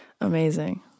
Amazing